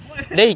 why